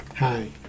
Hi